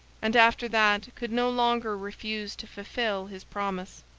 and after that could no longer refuse to fulfil his promise.